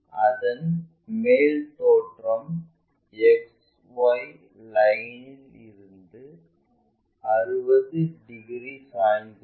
அதன் மேல் தோற்றம் x y லைனில் இருந்து 60 டிகிரி சாய்ந்துள்ளது